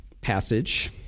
passage